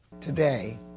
Today